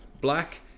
black